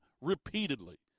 repeatedly